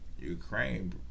Ukraine